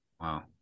Wow